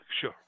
sure